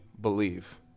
believe